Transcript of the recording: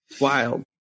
Wild